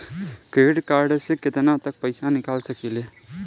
Credit card से केतना तक पइसा निकाल सकिले?